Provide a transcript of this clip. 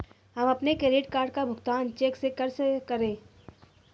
हम अपने credit card का भुगतान चेक से कैसे करें?